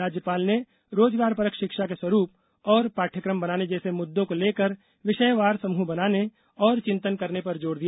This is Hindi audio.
राज्यपाल ने रोजगारपरक शिक्षा के स्वरूप और पाठयक्रम बनाने जैसे मुददों को लेकर विषयवार समूह बनाने और चिंतन करने पर जोर दिया